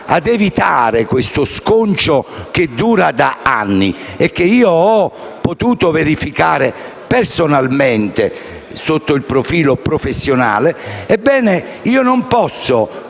ad evitare questo sconcio che dura da anni e che io ho potuto verificare personalmente sotto il profilo professionale, ebbene non posso